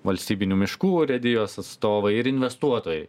valstybinių miškų urėdijos atstovai ir investuotojai